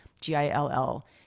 G-I-L-L